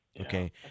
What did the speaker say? Okay